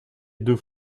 deux